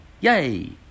Yay